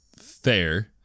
fair